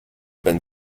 been